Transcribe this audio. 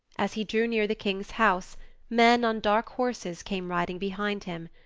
as he drew near the king's house men on dark horses came riding behind him.